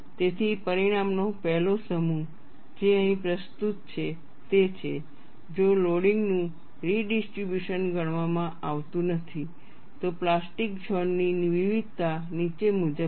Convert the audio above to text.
તેથી પરિણામનો 1લો સમૂહ જે અહીં પ્રસ્તુત છે તે છે જો લોડિંગનું રિડિસ્ટ્રિબ્યુશન ગણવામાં આવતું નથી તો પ્લાસ્ટિક ઝોન ની વિવિધતા નીચે મુજબ છે